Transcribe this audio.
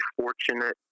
fortunate